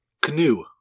Canoe